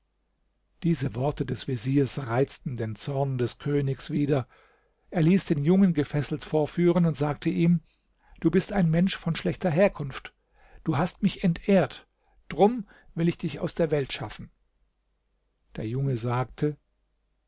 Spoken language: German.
diese worte des veziers reizten den zorn des könig wieder er ließ den jungen gefesselt vorführen und sagte ihm du bist ein mensch von schlechter herkunft du hast mich entehrt drum will ich dich aus der welt schaffen der junge sage